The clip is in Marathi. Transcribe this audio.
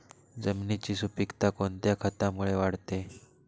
जमिनीची सुपिकता कोणत्या खतामुळे वाढते?